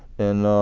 and